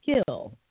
skill